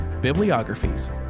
bibliographies